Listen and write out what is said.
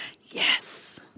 Yes